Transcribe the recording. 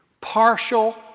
Partial